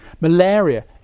Malaria